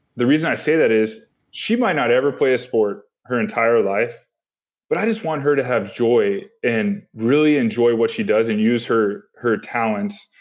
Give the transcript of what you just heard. the reason i say that is she might not ever play a sport her entire life but i just want her to have joy and really enjoy what she doesn't and use her her talent.